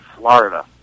Florida